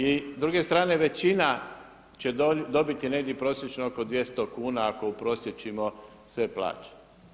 I s druge strane većina će dobiti negdje prosječno oko 200 kuna ako uprosječimo sve plaće.